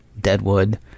Deadwood